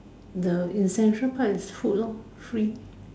the essential part is food loh free